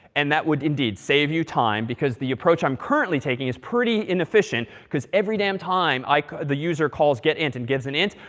and that would indeed save you time. because the approach i'm currently taking is pretty inefficient because every damn time like the user calls getint, and gives an int,